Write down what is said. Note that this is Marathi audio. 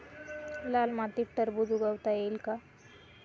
लाल मातीत टरबूज उगवता येईल का?